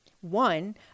one